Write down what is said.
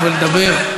עכשיו תורו לדבר.